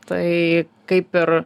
tai kaip ir